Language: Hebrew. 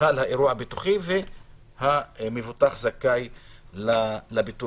חל האירוע הביטוחי והמבוטח זכאי לביטוח,